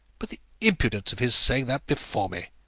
but the impudence of his saying that before me!